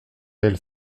elle